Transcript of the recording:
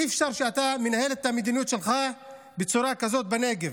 אי-אפשר שאתה תנהל את המדיניות שלך בצורה כזאת בנגב.